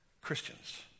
Christians